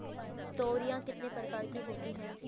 तोरियां कितने प्रकार की होती हैं?